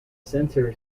sensor